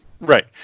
Right